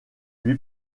lui